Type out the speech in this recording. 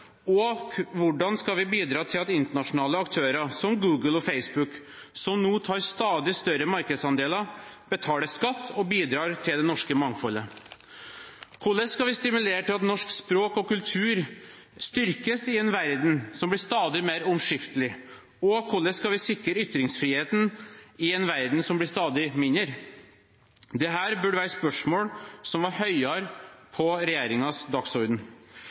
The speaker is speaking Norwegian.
konkurranse? Hvordan skal vi bidra til at internasjonale aktører som Google og Facebook – som nå tar stadig større markedsandeler – betaler skatt og bidrar til det norske mangfoldet? Hvordan skal vi stimulere til at norsk språk og kultur styrkes i en verden som blir stadig mer omskiftelig? Hvordan skal vi sikre ytringsfriheten i en verden som blir stadig mindre? Dette burde være spørsmål som sto høyere på regjeringens dagsorden.